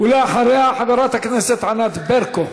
אחריה, חברת הכנסת ענת ברקו,